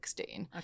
Okay